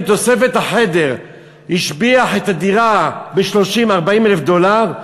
אם תוספת החדר השביחה את הדירה ב-30,000 40,000 דולר,